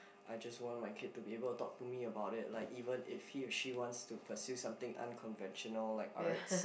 I just want my kid to be able to talk to me about it like even if he or she wants to pursue something unconventional like arts